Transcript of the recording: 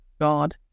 God